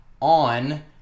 on